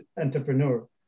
entrepreneur